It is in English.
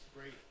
Great